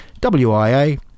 WIA